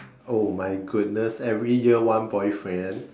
oh my goodness every year one boyfriend